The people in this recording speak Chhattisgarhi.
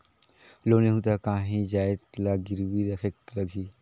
लोन लेहूं ता काहीं जाएत ला गिरवी रखेक लगही?